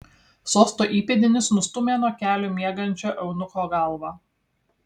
sosto įpėdinis nustūmė nuo kelių miegančio eunucho galvą